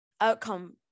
outcome